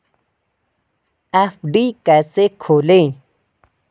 FD कैसे खोलें?